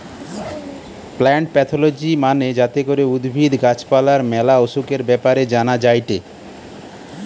plant pathology মানে যাতে করে উদ্ভিদ, গাছ পালার ম্যালা অসুখের ব্যাপারে জানা যায়টে